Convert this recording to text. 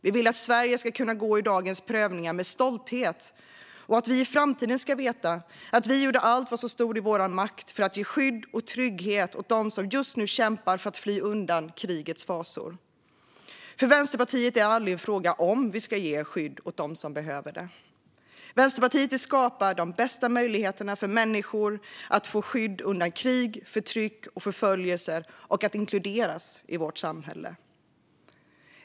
Vi vill att Sverige ska kunna gå ur dagens prövningar med stolthet och att vi i framtiden ska veta att vi gjorde allt som stod i vår makt för att ge skydd och trygghet åt dem som just nu kämpar för att fly undan krigets fasor. För Vänsterpartiet är frågan aldrig om vi ska ge skydd åt dem som behöver det. Vänsterpartiet vill skapa de bästa möjligheterna för människor att få skydd undan krig, förtryck och förföljelser och att inkluderas i vårt samhälle.